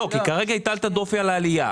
כי כרגע הטלת דופי על העלייה.